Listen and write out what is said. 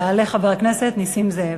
יעלה חבר הכנסת נסים זאב,